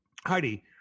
Heidi